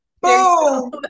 Boom